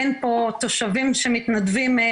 אין פה תושבים שמתנדבים,